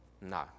No